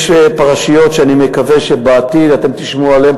יש פרשיות שאני מקווה שבעתיד אתם תשמעו עליהן,